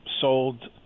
sold